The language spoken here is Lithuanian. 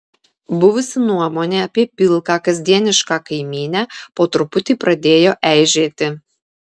buvusi nuomonė apie pilką kasdienišką kaimynę po truputį pradėjo eižėti